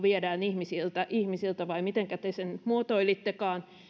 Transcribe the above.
viedään ihmisiltä ihmisiltä vai mitenkä te sen nyt muotoilittekaan